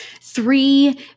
three